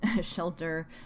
shelter